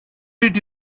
did